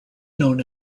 known